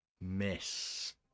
Miss